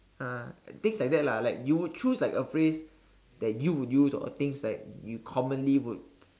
uh I think it's like that lah like you would chose like a phrase that you would use or things like you commonly would